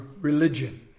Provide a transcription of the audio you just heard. religion